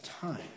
time